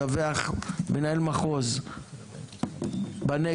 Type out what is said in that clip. מדווח מנהל מחוז בנגב,